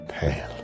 Pale